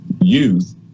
youth